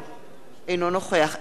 אינו נוכח אליהו ישי,